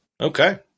Okay